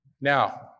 Now